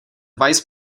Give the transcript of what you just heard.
vice